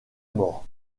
mort